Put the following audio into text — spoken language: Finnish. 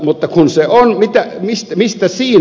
mutta mistä siinä on kysymys